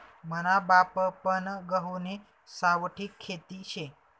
मना बापपन गहुनी सावठी खेती शे